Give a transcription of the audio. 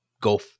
go